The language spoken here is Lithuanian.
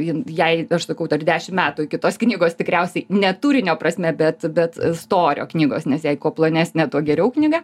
ji jei aš sakau dar dešimt metų iki tos knygos tikriausiai ne turinio prasme bet bet storio knygos nes jei kuo plonesnė tuo geriau knyga